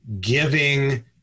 giving